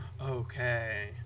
okay